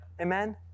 amen